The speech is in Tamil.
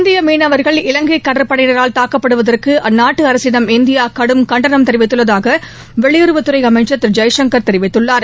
இந்திய மீனவர்கள் இலங்கை கடற்படையினரால் தாக்கப்படுவதற்கு அந்நாட்டு அரசிடம் இந்தியா கடும் கண்டனம் தெரிவித்துள்ளதாக வெளியுறவுத்துறை அமைச்ச் திரு ஜெய்சங்கள் தெரிவித்துள்ளார்